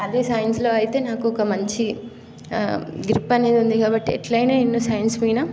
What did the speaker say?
అదే సైన్స్లో అయితే నాకు ఒక మంచి గ్రిప్ అనేది ఉంది కాబట్టి ఎట్లైనా ఇందులో సైన్స్ మీద